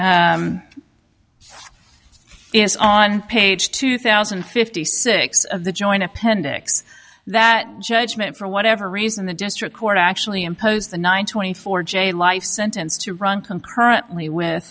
is on page two thousand and fifty six of the joint appendix that judgment for whatever reason the district court actually imposed the nine twenty four j life sentence to run concurrently with